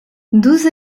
douze